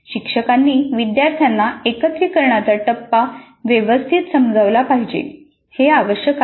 शिक्षकांनी विद्यार्थ्यांना एकत्रीकरणाचा टप्पा व्यवस्थित समजावला पाहिजे हे आवश्यक आहे